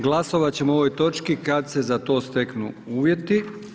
Glasovat ćemo o ovoj točki kad se za to steknu uvjeti.